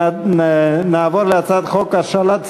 אני כבר קולט באוזן שמאל את,